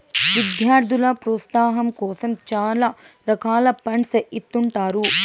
విద్యార్థుల ప్రోత్సాహాం కోసం చాలా రకాల ఫండ్స్ ఇత్తుంటారు